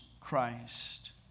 Christ